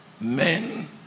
men